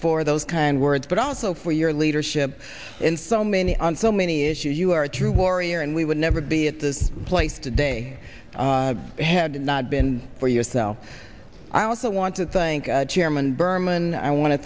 for those kind words but also for your leadership in so many on so many issues you are a true warrior and we would never be at this place today had it not been for yourself i also want to thank chairman berman i want to